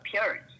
appearance